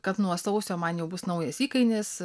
kad nuo sausio man jau bus naujas įkainis